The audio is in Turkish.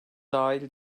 dahil